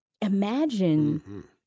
imagine